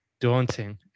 daunting